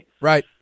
right